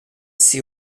sait